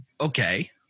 okay